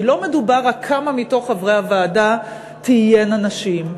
כי לא מדובר רק על כמה מתוך חברי הוועדה תהיינה נשים,